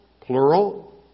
plural